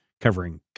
covering